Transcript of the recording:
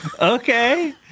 Okay